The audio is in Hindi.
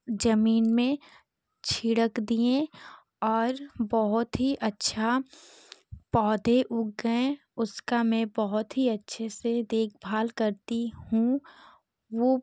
जमीन में छिड़क दिए और बहुत ही अच्छा पौधे उग गए उसका मैं बहुत ही अच्छे से देख भाल करती हूँ वो